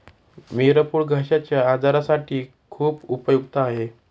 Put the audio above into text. मिरपूड घश्याच्या आजारासाठी खूप उपयुक्त आहे